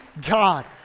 God